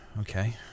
Okay